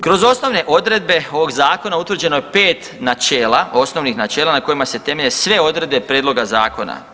Kroz osnovne odredbe ovog zakona utvrđeno je 5 načela, osnovnih načela na kojima se temelje sve odredbe prijedloga zakona.